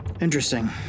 interesting